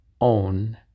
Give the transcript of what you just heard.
own